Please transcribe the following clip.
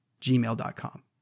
gmail.com